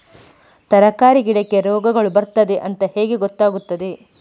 ತರಕಾರಿ ಗಿಡಕ್ಕೆ ರೋಗಗಳು ಬರ್ತದೆ ಅಂತ ಹೇಗೆ ಗೊತ್ತಾಗುತ್ತದೆ?